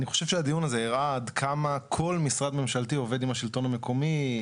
אני חושב שהדיון הזה הראה עד כמה כל משרד ממשלתי עובד עם השלטון המקומי,